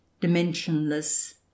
dimensionless